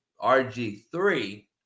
RG3